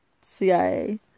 CIA